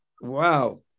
wow